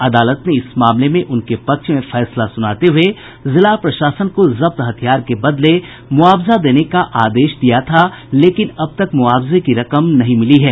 अदालत ने इस मामले में उनके पक्ष में फैसला सुनाते हुए जिला प्रशासन को जब्त हथियार के बदले मुआवजा देने का आदेश दिया था लेकिन अब तक मुआवजे की रकम नहीं मिली है